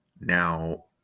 Now